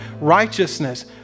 Righteousness